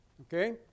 Okay